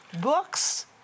Books